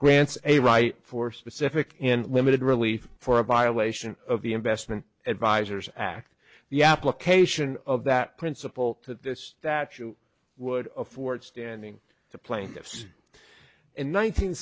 grants a right for specific and limited relief for a violation of the investment advisers act the application of that principle that this that you would afford standing the plaintiffs in